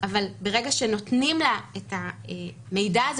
אבל ברגע שנותנים לה את המידע הזה